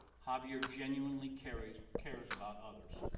javier generally cares cares about others.